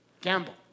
gamble